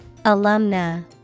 Alumna